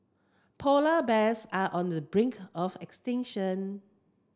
polar bears are on the brink of extinction